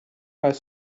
bat